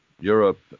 europe